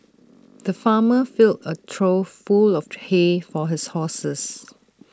the farmer filled A trough full of hay for his horses